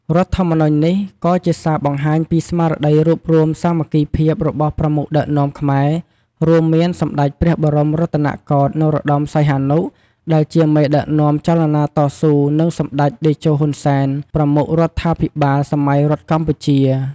រដ្ឋធម្មនុញ្ញនេះ ក៏ជាសារបង្ហាញពីស្មារតីរួបរួមសាមគ្គីភាពរបស់ប្រមុខដឹកនាំខ្មែរ រួមមានសម្តេចព្រះបរមរតនកោដ្ឋ នរោត្តម សីហនុ ដែលជាមេដឹកនាំចលនាតស៊ូ និង សម្តេចតេជោ ហ៊ុន សែន ប្រមុខរដ្ឋាភិបាលសម័យរដ្ឋកម្ពុជា។